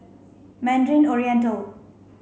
Mandarin Oriental